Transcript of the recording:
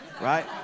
Right